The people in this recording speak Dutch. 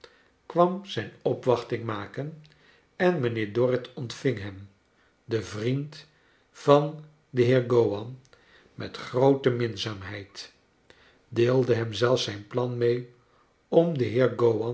kwam zijn opwachting maken en mijnheer dorrit ontving hem den vriend van den heer gowan met groote minzaamheid decide hem zelfs zijn plan mee om den